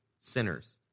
Sinners